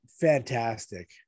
fantastic